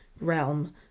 realm